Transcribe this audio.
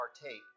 partake